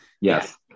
yes